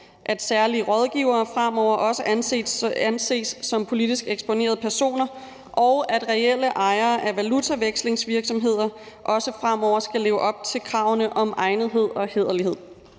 at særlige rådgivere fremover også anses som politisk eksponerede personer, og at reelle ejere af valutavekslingsvirksomheder også fremover skal leve op til kravene om egnethed og hæderlighed.